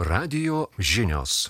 radijo žinios